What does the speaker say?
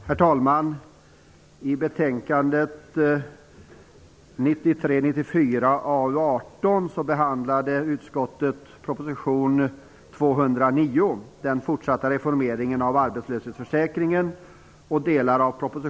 Herr talman!